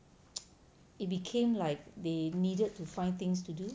it became like they needed to find things to do